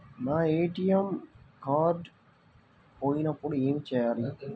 నా ATM card పోయినప్పుడు ఏమి చేయాలి?